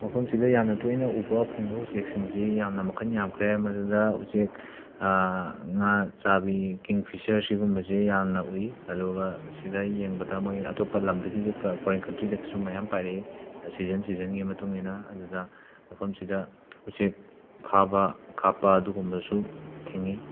ꯃꯐꯝꯁꯤꯗ ꯌꯥꯝꯅ ꯇꯣꯏꯅ ꯎꯕ ꯐꯪꯕ ꯎꯆꯦꯛꯁꯤꯡꯁꯤ ꯌꯥꯝꯅ ꯃꯈꯜ ꯌꯥꯝꯈ꯭ꯔꯦ ꯃꯗꯨꯗ ꯎꯆꯦꯛ ꯉꯥ ꯆꯥꯕꯤ ꯀꯤꯡ ꯐꯤꯁꯔ ꯁꯤꯒꯨꯝꯕꯁꯦ ꯌꯥꯝꯅ ꯎꯏ ꯑꯗꯨꯒ ꯁꯤꯗ ꯌꯦꯡꯕꯗ ꯃꯣꯏ ꯑꯇꯣꯞꯄ ꯂꯝꯗꯒꯤꯁꯨ ꯀ ꯐꯣꯔꯦꯟ ꯀꯟꯇ꯭ꯔꯤꯗꯒꯤꯁꯨ ꯃꯌꯥꯝ ꯄꯥꯏꯔꯛꯏ ꯁꯤꯖꯟ ꯁꯤꯖꯟꯒꯤ ꯃꯇꯨꯡ ꯏꯟꯅ ꯑꯗꯨꯗ ꯃꯐꯝꯁꯤꯗ ꯎꯆꯦꯛ ꯐꯥꯕ ꯀꯥꯞꯄ ꯑꯗꯨꯒꯨꯝꯕꯁꯨ ꯊꯤꯡꯏ